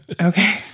Okay